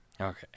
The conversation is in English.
Okay